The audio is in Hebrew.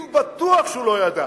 אם בטוח שהוא לא ידע.